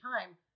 time